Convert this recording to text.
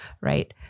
right